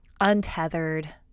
untethered